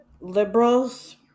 liberals